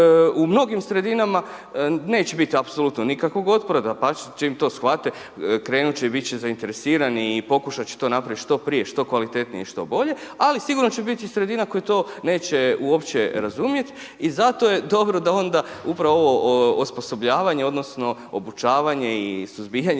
u mnogim sredinama neće biti apsolutno nikakvog otpora, dapače, čim to shvate krenut će i bit će zainteresirani i pokušat će to napraviti i pokušat će napraviti što prije, što kvalitetnije, što bolje ali sigurno će biti sredine koja to neće uopće razumjeti i zato je dobro da onda upravo ovo osposobljavanje odnosno obučavanje i suzbijanje